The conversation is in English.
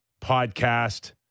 podcast